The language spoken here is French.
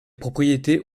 propriétés